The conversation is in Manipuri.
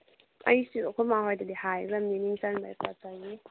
ꯑꯩꯁꯨ ꯑꯩꯈꯣꯏ ꯃꯥ ꯍꯣꯏꯗꯗꯤ ꯍꯥꯏꯈ꯭ꯔꯕꯅꯤ ꯃꯤꯡ ꯆꯠꯕꯩ ꯈꯣꯠꯄꯒꯤ